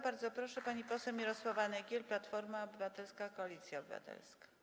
Bardzo proszę, pani poseł Mirosława Nykiel, Platforma Obywatelska - Koalicja Obywatelska.